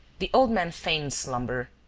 the old man feigned slumber.